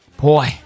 Boy